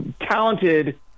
talented